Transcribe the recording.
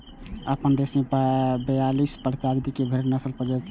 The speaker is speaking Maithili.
अपना देश मे बियालीस प्रजाति के भेड़क नस्ल पंजीकृत छै